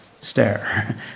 stare